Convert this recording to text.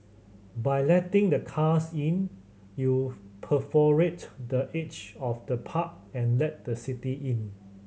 by letting the cars in you perforate the edge of the park and let the city in